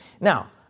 now